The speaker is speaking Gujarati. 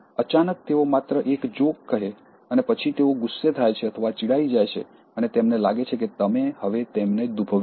અચાનક તેઓ માત્ર એક જોક કહે અને પછી તેઓ ગુસ્સે થાય છે અથવા ચિડાઇ જાય છે અને તેમને લાગે છે કે તમે હવે તેમને દૂભવ્યા છે